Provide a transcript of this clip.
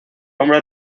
hombre